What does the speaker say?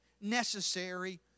necessary